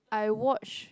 I watch